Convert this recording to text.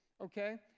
Okay